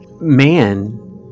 man